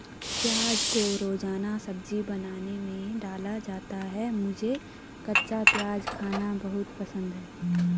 प्याज को रोजाना सब्जी बनाने में डाला जाता है मुझे कच्चा प्याज खाना बहुत पसंद है